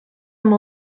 amb